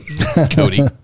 Cody